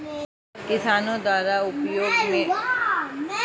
किसानों द्वारा उपयोग में लाई जाने वाली कृषि पद्धतियाँ कौन कौन सी हैं?